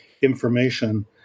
information